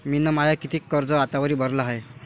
मिन माय कितीक कर्ज आतावरी भरलं हाय?